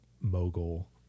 mogul